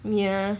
mian